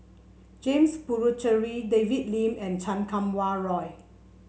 James Puthucheary David Lim and Chan Kum Wah Roy